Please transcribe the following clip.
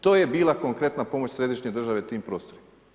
To je bila konkretna pomoć središnje države na tim prostorima.